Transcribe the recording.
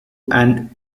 and